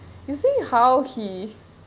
you see how he